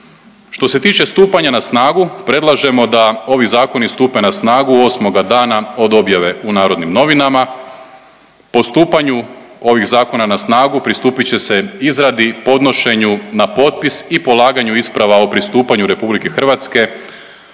Što se tiče stupanja na snagu, predlažemo da ovi zakoni stupe na snagu 8. dana od objave u Narodnim novinama. Po stupanju ovih zakona na snagu, pristupit će se izradi, podnošenju na potpisa i polaganju isprava o pristupanju RH